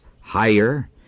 higher